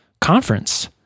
Conference